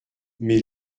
mais